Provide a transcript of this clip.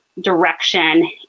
direction